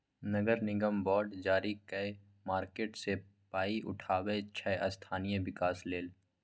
नगर निगम बॉड जारी कए मार्केट सँ पाइ उठाबै छै स्थानीय बिकास लेल